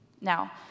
Now